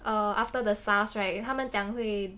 err after the SARS right 他们讲会